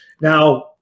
now